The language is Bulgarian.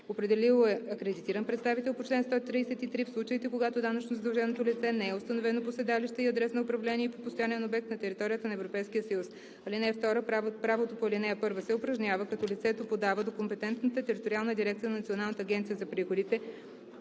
определило е акредитиран представител по чл. 133 в случаите, когато данъчно задълженото лице не е установено по седалище и адрес на управление и по постоянен обект на територията на Европейския съюз. (2) Правото по ал. 1 се упражнява, като лицето подава до компетентната териториална дирекция на Националната агенция за приходите